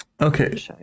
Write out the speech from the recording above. Okay